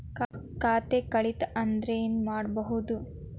ಖಾತೆ ಕಳಿತ ಅಂದ್ರೆ ಏನು ಮಾಡೋದು?